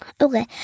Okay